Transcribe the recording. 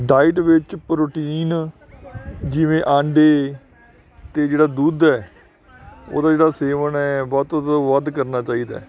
diet ਵਿੱਚ protein ਜਿਵੇਂ ਆਂਡੇ ਅਤੇ ਜਿਹੜਾ ਦੁੱਧ ਹੈ ਉਹਦਾ ਜਿਹੜਾ ਸੇਵਨ ਹੈ ਵੱਧ ਤੋਂ ਵੱਧ ਕਰਨਾ ਚਾਹੀਦਾ ਹੈ